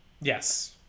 Yes